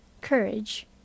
courage